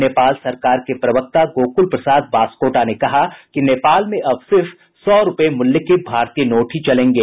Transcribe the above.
नेपाल सरकार के प्रवक्ता गोकुल प्रसाद बासकोटा ने कहा कि नेपाल में अब सिर्फ सौ रूपये मूल्य के भारतीय नोट ही चलेंगे